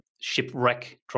shipwreck